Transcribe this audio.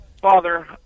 Father